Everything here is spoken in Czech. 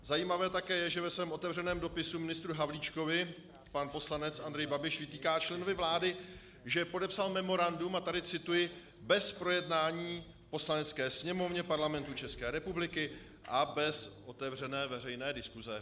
Zajímavé také je, že ve svém otevřeném dopisu ministru Havlíčkovi pan poslanec Andrej Babiš vytýká členovi vlády, že podepsal memorandum a tady cituji bez projednání v Poslanecké sněmovně Parlamentu České republiky a bez otevřené veřejné diskuze.